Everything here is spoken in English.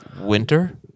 Winter